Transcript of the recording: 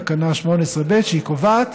הקובעת